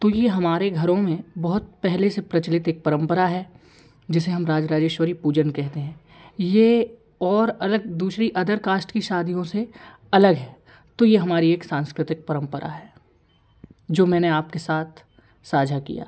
तो यह हमारे घरों में बहुत पहले से एक प्रचलित एक परम्परा है जिसे हम राजराजेश्वरी पूजन कहते हैं यह और अलग दूसरी अदर कास्ट की शादियों से अलग है तो यह हमारी एक सांस्कृतिक परम्परा है जो मैंने आपके साथ साझा किया